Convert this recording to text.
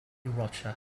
rocha